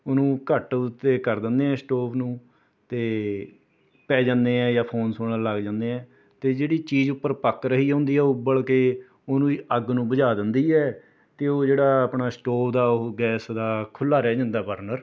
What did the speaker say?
ਉਹਨੂੰ ਘੱਟ 'ਤੇ ਕਰ ਦਿੰਦੇ ਹਾਂ ਸਟੋਵ ਨੂੰ ਅਤੇ ਪੈ ਜਾਂਦੇ ਹਾਂ ਜਾਂ ਫੋਨ ਕਰਨ ਸੁਣਨ ਲੱਗ ਜਾਂਦੇ ਹਾਂ ਅਤੇ ਜਿਹੜੀ ਚੀਜ਼ ਉੱਪਰ ਪੱਕ ਰਹੀ ਹੁੰਦੀ ਆ ਉਹ ਉੱਬਲ ਕੇ ਉਹਨੂੰ ਅੱਗ ਨੂੰ ਬੁਝਾ ਦਿੰਦੀ ਆ ਅਤੇ ਉਹ ਜਿਹੜਾ ਆਪਣਾ ਸਟੋਵ ਦਾ ਉਹ ਗੈਸ ਦਾ ਖੁੱਲ੍ਹਾ ਰਹਿ ਜਾਂਦਾ ਵਰਨਰ